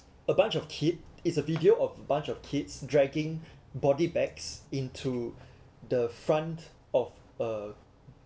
a bunch of kid it's a video of a bunch of kids dragging body bags into the front of uh